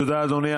תודה, אדוני.